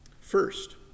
First